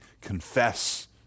confess